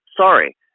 sorry